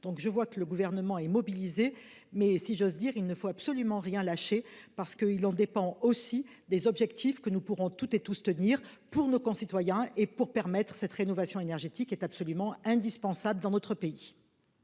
Donc je vois que le gouvernement est mobilisé, mais si j'ose dire, il ne faut absolument rien lâcher parce qu'il en dépend aussi des objectifs que nous pourrons toutes et tous se tenir pour nos concitoyens et pour permettre cette rénovation énergétique est absolument indispensable dans notre pays.